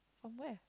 from where